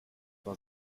war